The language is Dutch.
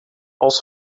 als